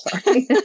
Sorry